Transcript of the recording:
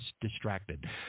distracted